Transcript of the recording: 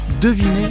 Devinez